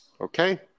Okay